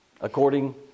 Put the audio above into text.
according